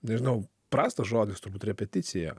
nežinau prastas žodis turbūt repeticija